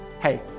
Hey